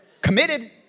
Committed